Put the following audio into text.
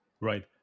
Right